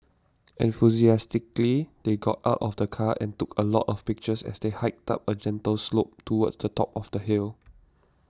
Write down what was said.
enthusiastically they got out of the car and took a lot of pictures as they hiked up a gentle slope towards the top of the hill